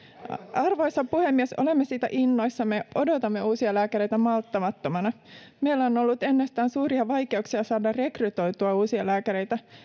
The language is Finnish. arvoisa puhemies olemme siitä innoissamme ja odotamme uusia lääkäreitä malttamattomina meillä on ollut ennestään suuria vaikeuksia saada rekrytoitua uusia lääkäreitä